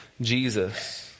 Jesus